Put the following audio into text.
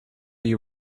you